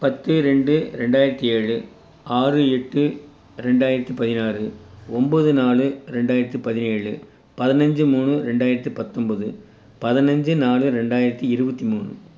பத்து ரெண்டு ரெண்டாயிரத்தி ஏழு ஆறு எட்டு ரெண்டாயிரத்தி பதினாறு ஒம்போது நாலு ரெண்டாயிரத்தி பதினேழு பதினஞ்சு மூணு ரெண்டாயிரத்தி பத்தொம்போது பதினஞ்சு நாலு ரெண்டாயிரத்தி இருபத்தி மூணு